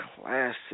Classic